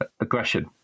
aggression